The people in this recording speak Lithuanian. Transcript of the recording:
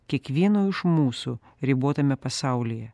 kiekvieno iš mūsų ribotame pasaulyje